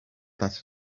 that